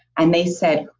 and they said,